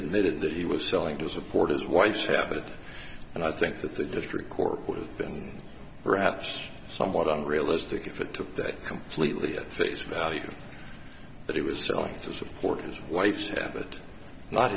admitted that he was selling to support his wife's habit and i think that the district court would have been perhaps somewhat unrealistic if it took that completely at face value but he was trying to support his wife's habit not